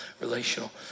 relational